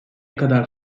kadar